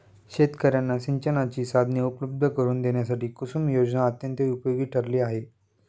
शेतकर्यांना सिंचनाची साधने उपलब्ध करून देण्यासाठी कुसुम योजना अत्यंत उपयोगी ठरली आहे